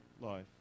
life